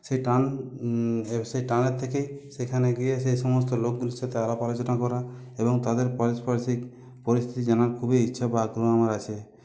সেই টান সেই টানের থেকে সেখানে গিয়ে সেই সমস্ত লোকগুলির সাথে আলাপ আলোচনা করা এবং তাদের পারস্পার্শ্বিক পরিস্থিতি জানার খুবই ইচ্ছা বা আগ্রহ আমার আছে